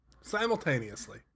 Simultaneously